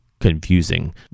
confusing